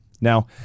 Now